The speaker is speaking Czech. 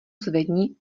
zvedni